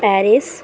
Paris